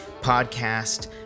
Podcast